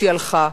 שהיא הלכה.